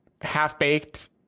half-baked